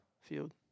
field